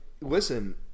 listen